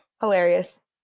Hilarious